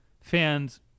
fans